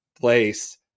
place